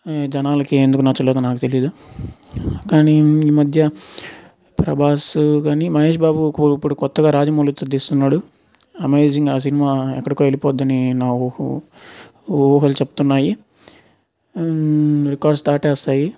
జనాలకి ఎందుకు నచ్చలేదో నాకు తెలియదు కానీ ఈ మధ్య ప్రభాస్ కానీ మహేష్ బాబు ఇప్పుడు కొత్తగా రాజమౌళితో తీస్తున్నాడు అమేజింగ్ ఆ సినిమా ఎక్కడికో వెళ్లిపోతుందని నా ఊహ ఊహలు చెబుతున్నాయి రికార్డ్స్ దాటేస్తాయి